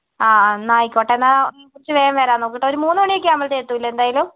ആ ആ എന്നാൽ ആയിക്കോട്ടെ എന്നാൽ കുറച്ച് വേഗം വരാൻ നോക്ക് ഒരു മൂന്നുമണി ഒക്കെ ആകുമ്പോഴത്തേനും എത്തില്ലേ എന്തായാലും